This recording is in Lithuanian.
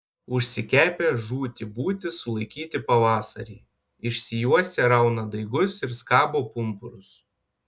užsikepę žūti būti sulaikyti pavasarį išsijuosę rauna daigus ir skabo pumpurus